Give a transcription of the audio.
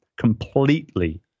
completely